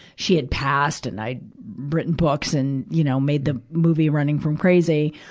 she had passed and i'd written books and, you know, made the movie running from crazy.